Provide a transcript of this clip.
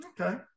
Okay